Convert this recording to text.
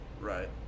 Right